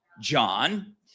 John